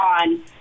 on